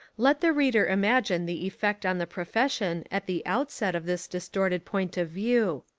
let the reader imagine the effect on the pro fession at the outset of this distorted point of view.